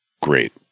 Great